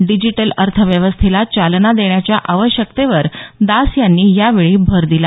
digital अर्थव्यवस्थेला चालना देण्याच्या आवश्यकतेवर दास यांनी यावेळी भर दिला